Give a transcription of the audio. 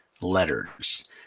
letters